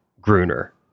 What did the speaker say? Gruner